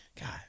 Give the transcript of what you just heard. God